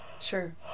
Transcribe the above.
Sure